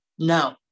No